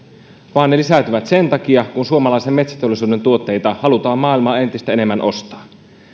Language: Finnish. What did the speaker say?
vaan ne lisääntyvät sen takia että suomalaisen metsäteollisuuden tuotteita halutaan maailmalla entistä enemmän ostaa